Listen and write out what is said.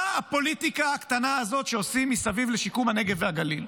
מה הפוליטיקה הקטנה הזאת שעושים מסביב לשיקום הנגב והגליל?